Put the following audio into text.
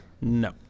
No